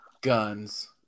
Guns